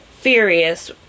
furious